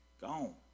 gone